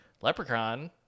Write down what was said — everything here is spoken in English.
leprechaun